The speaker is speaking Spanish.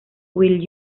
will